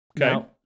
Okay